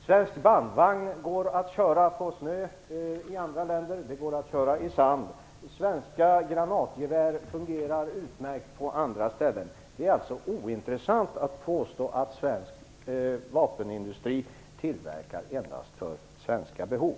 Svenska bandvagnar går att köra på snö även i andra länder, och de går att köra i sand, svenska granatgevär fungerar utmärkt på andra ställen, osv. Det är alltså ointressant att påstå att svensk vapenindustri tillverkar endast för svenska behov.